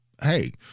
Hey